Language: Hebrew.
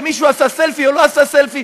במי שעשה סלפי או לא עשה סלפי.